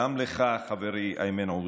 גם לך, חברי איימן עודה,